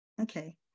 Okay